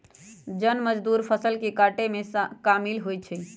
जन मजदुर फ़सल काटेमें कामिल होइ छइ